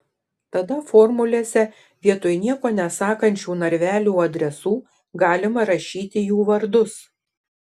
tada formulėse vietoj nieko nesakančių narvelių adresų galima rašyti jų vardus